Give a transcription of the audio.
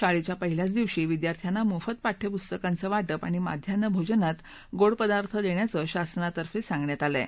शाळेच्या पहिल्याच दिवशी विद्यार्थ्यांना मोफत पाठ्यपुस्तकांचं वा पि आणि माध्यान्ह भोजनात गोड पदार्थ देण्याचं शासनातर्फे सांगण्यात आलं आहे